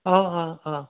অঁ অঁ অঁ অঁ